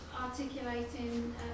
articulating